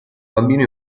bambino